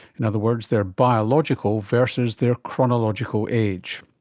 in other words, their biological versus their chronological age.